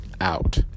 Out